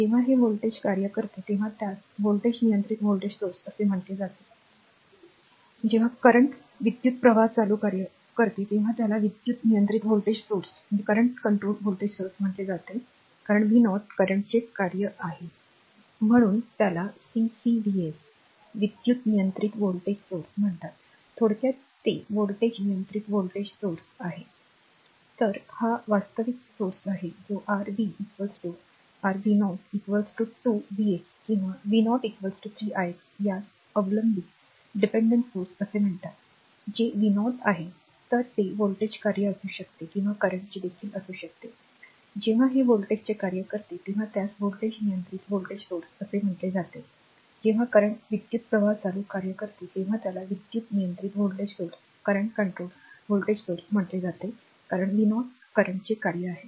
जेव्हा हे व्होल्टेजचे कार्य करते तेव्हा त्यास व्होल्टेज नियंत्रित व्होल्टेज स्त्रोत असे म्हटले जाते जेव्हा current विद्युतप्रवाह चालू कार्य करते तेव्हा त्याला विद्युत् नियंत्रित व्होल्टेज स्त्रोत म्हटले जाते कारण v 0 currentचे कार्य आहे